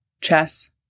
Chess